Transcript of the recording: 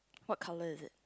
what colour is it